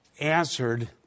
answered